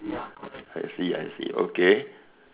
I see I see okay